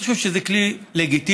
אני חושב שזה כלי לגיטימי.